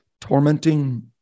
tormenting